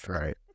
Right